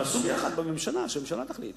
תעשו יחד, שהממשלה תחליט.